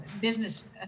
business